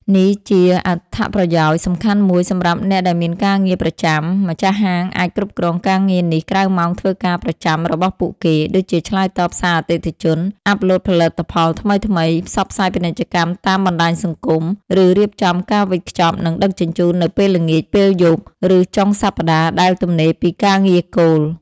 នេះជាអត្ថប្រយោជន៍ដ៏សំខាន់មួយសម្រាប់អ្នកដែលមានការងារប្រចាំម្ចាស់ហាងអាចគ្រប់គ្រងការងារនេះក្រៅម៉ោងធ្វើការប្រចាំរបស់ពួកគេ ដូចជាឆ្លើយតបសារអតិថិជន អាប់ឡូតផលិតផលថ្មីៗ ផ្សព្វផ្សាយពាណិជ្ជកម្មតាមបណ្តាញសង្គម ឬរៀបចំការវេចខ្ចប់ និងដឹកជញ្ជូននៅពេលល្ងាច ពេលយប់ ឬចុងសប្តាហ៍ដែលទំនេរពីការងារគោល។